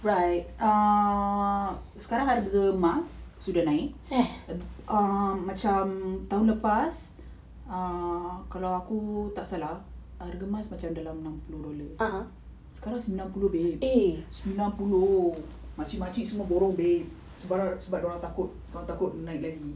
right err sekarang harga emas sudah naik um macam tahun lepas err kalau aku tak salah harga emas macam dalam enam puluh dolar sekarang sembilan puluh babe sembilan puluh makcik-makcik semua borong babe sebab sebab dorang takut dorang takut naik lagi